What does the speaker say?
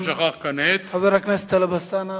חבר הכנסת טלב אלסאנע,